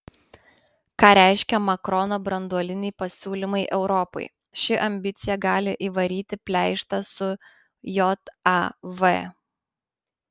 ką reiškia makrono branduoliniai pasiūlymai europai ši ambicija gali įvaryti pleištą su jav